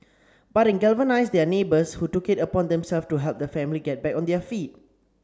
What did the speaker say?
but it galvanised their neighbours who took it upon themselves to help the family get back on their feet